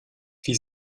wie